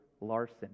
Larson